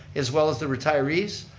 as well as the retirees.